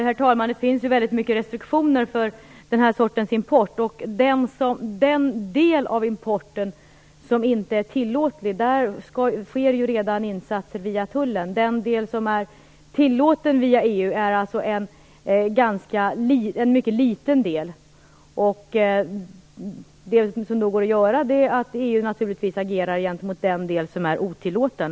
Herr talman! Det finns mycket restriktioner för den här sortens import. När det gäller den del av importen som inte är tillåten görs redan insatser via tullen. Den del som är tillåten via EU är en mycket liten del. Det man kan göra är naturligtvis att EU agerar mot den del som är otillåten.